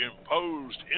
imposed